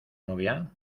novia